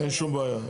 אין שום בעיה.